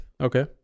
Okay